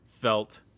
felt